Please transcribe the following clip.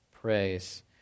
praise